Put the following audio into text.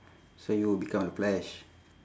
so you will become the flash